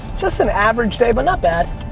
just an average day, but not bad.